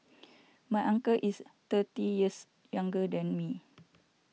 my uncle is thirty years younger than me